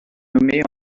nommée